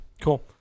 Cool